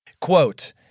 Quote